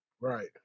Right